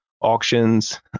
auctions